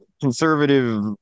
conservative